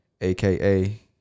aka